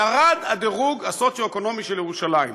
ירד הדירוג הסוציו-אקונומי של ירושלים